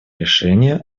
решений